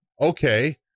Okay